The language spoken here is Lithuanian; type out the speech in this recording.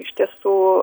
iš tiesų